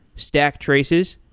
stack traces,